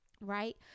Right